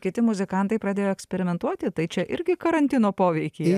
kiti muzikantai pradėjo eksperimentuoti tai čia irgi karantino poveikyje